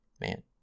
Man